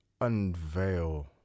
unveil